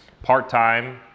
Part-time